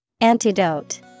Antidote